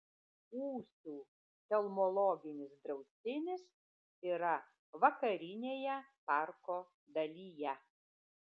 ūsių telmologinis draustinis yra vakarinėje parko dalyje